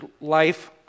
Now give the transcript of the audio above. life